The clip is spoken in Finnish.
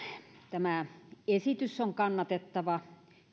tämä esitys on kannatettava